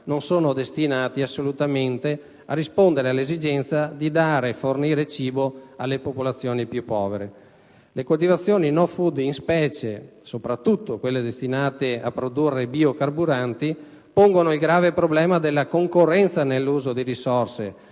non sono destinati assolutamente a rispondere all'esigenza di fornire cibo alle popolazioni più povere. Le coltivazioni *no-food*, in specie quelle destinate a produrre biocarburanti, pongono il grave problema della concorrenza nell'uso di risorse,